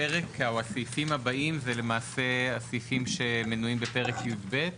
הפרק או הסעיפים הבאים זה למעשה הסעיפים שמנויים בפרק י"ב,